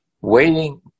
Waiting